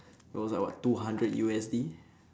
those are what two hundred U_S_D